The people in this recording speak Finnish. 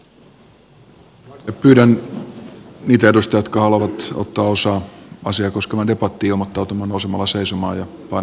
pyydän niitä edustajia jotka haluavat ottaa osaa asiaa koskevaan debattiin ilmoittautumaan nousemalla seisomaan ja painamalla v painiketta